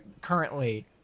currently